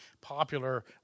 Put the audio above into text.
popular